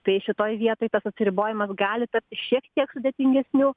tai šitoj vietoj tas atsiribojimas gali tapti šiek tiek sudėtingesniu